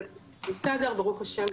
בוקר טוב, בסדר ברוך השם תודה